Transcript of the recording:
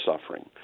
suffering